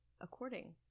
according